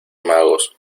magos